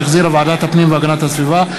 שהחזירה ועדת הפנים והגנת הסביבה.